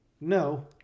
No